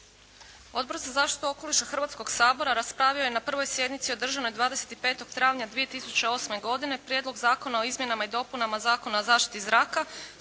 Odbor za zaštitu okoliša Hrvatskog sabora raspravio je na prvoj sjednici održanoj 25. travnja 2008. godine Prijedlog zakona o izmjenama i dopunama Zakona o zaštiti zraka